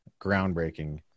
groundbreaking